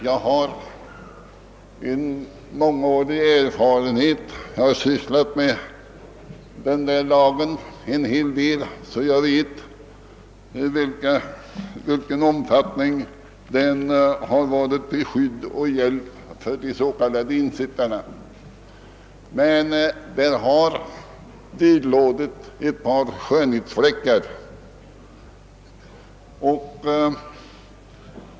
Jag har en mångårig erfarenhet av denna lag, och jag vet i vilken omfattning den varit till skydd och hjälp för de s.k. ensittarna. Lagen har dock ett par skönhetsfläckar.